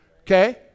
Okay